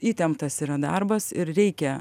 įtemptas yra darbas ir reikia